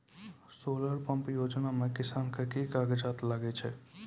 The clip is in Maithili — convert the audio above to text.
सोलर पंप योजना म किसान के की कागजात लागै छै?